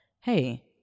hey